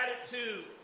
attitude